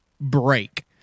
break